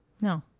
No